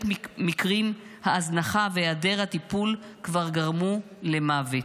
מהמקרים ההזנחה והיעדר הטיפול כבר גרמו למוות,